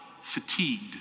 fatigued